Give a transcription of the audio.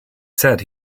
said